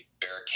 barricade